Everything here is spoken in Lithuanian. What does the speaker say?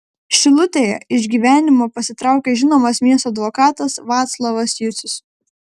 šilutėje iš gyvenimo pasitraukė žinomas miesto advokatas vaclovas jucius